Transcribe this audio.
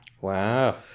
Wow